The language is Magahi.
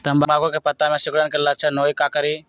तम्बाकू के पत्ता में सिकुड़न के लक्षण हई का करी?